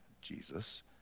Jesus